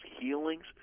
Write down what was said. healings